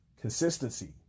consistency